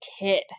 kid